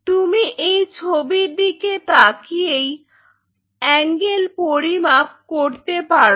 তুমি এই ছবির দিকে তাকিয়েই অ্যাঙ্গেল পরিমাপ করতে পারো